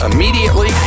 Immediately